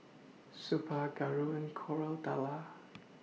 Suppiah Gauri and Koratala